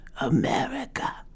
America